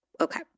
Okay